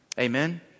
Amen